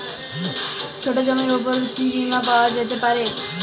ছোট জমির উপর কি বীমা পাওয়া যেতে পারে?